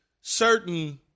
certain